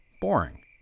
boring